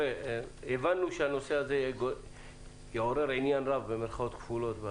הבנו שהנושא הזה יעורר עניין רב, במירכאות כפולות.